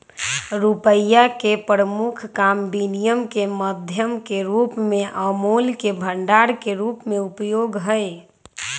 रुपइया के प्रमुख काम विनिमय के माध्यम के रूप में आ मोल के भंडार के रूप में उपयोग हइ